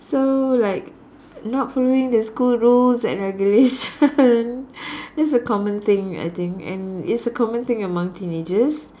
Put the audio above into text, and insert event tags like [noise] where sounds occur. so like not following the school rules and regulation [laughs] it's a common thing I think and it's a common thing among teenagers